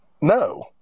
No